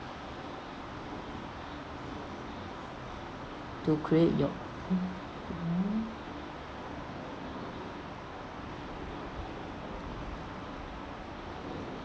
to create your own